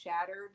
shattered